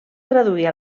traduir